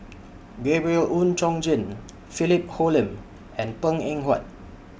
Gabriel Oon Chong Jin Philip Hoalim and Png Eng Huat